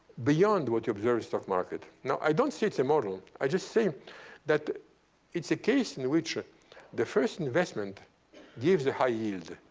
beyond what you observe in stock market. now, i don't say it's a model. i just say that it's a case in which the first investment gives a high yield.